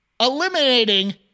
eliminating